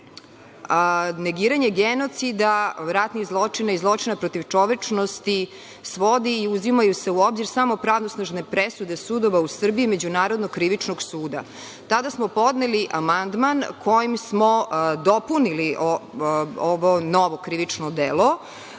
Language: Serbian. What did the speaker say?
negiranje genocida ratnih zločina i zločina protiv čovečnosti svodi i uzimaju se u obzir samo pravosnažne presude sudova u Srbiji i Međunarodnog krivičnog suda. Tada smo podneli amandman kojim smo dopunili ovo novo krivično delo,